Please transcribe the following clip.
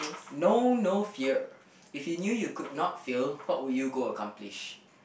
know no fear if you knew you could not fear what would you go accomplish